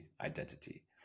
identity